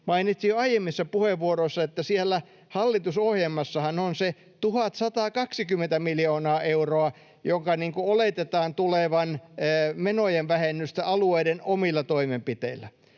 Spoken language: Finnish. mainitsin jo aiemmissa puheenvuoroissa, että siellä hallitusohjelmassahan on se 1 120 miljoonaa euroa, jonka oletetaan tulevan menojen vähennyksestä alueiden omilla toimenpiteillä.